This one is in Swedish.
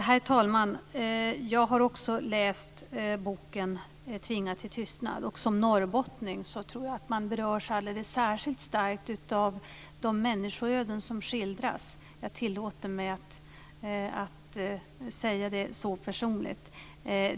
Herr talman! Jag har också läst boken Tvingade till tystnad. Jag tror att man som norrbottning berörs alldeles särskilt starkt av de människoöden som skildras. Jag tillåter mig att säga det så personligt.